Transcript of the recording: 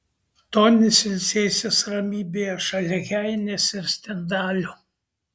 tonis ilsėsis ramybėje šalia heinės ir stendalio